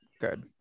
Good